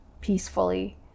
peacefully